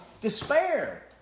despair